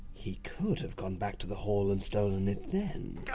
he could have gone back to the hall and stolen it then?